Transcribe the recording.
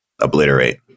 obliterate